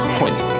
point